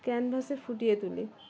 ক্যানভাসে ফুটিয়ে তুলি